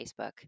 Facebook